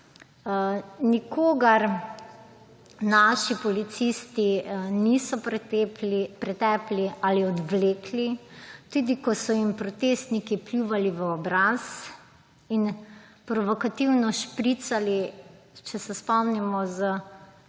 Nikogar naši policisti niso pretepli ali odvlekli, tudi ko so jim protestniki pljuvali v obraz in provokativno špricali, če se spomnimo, z